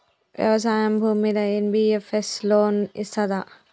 వ్యవసాయం భూమ్మీద NBFS loan ఇస్తదా?